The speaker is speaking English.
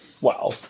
Wow